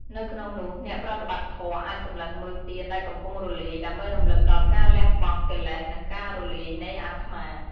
នៅក្នុងនោះ អ្នកប្រតិបត្តិធម៌អាចសម្លឹងមើលទៀនដែលកំពុងរលាយ ដើម្បីរំលឹកដល់ការលះបង់កិលេស និងការរលាយនៃអត្មា។